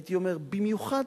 הייתי אומר: במיוחד